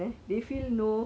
bodoh sia